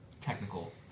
technical